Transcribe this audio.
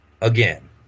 Again